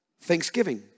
thanksgiving